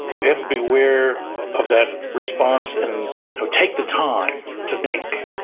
we have to be aware of that response and you know take the time to think,